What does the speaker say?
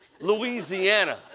Louisiana